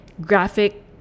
graphic